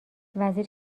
وزیر